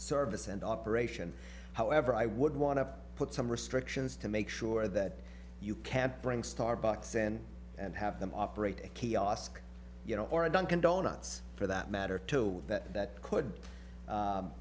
service and operation however i would want to put some restrictions to make sure that you can't bring starbucks in and have them operate a kiosk you know or a dunkin donuts for that matter to that that could